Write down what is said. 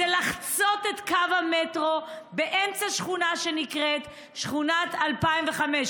זה לחצות את קו המטרו באמצע שכונה שנקראת שכונת 2005,